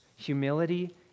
humility